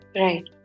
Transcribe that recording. Right